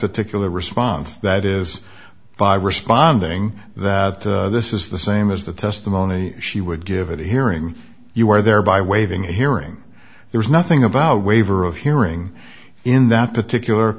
particular response that is by responding that this is the same as the testimony she would give it hearing you were there by waiving a hearing there's nothing about a waiver of hearing in that particular